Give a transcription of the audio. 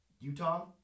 Utah